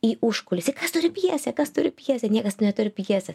į užkulisį kas turi pjesę kas turi pjesę niekas neturi pjesės